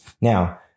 Now